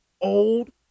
old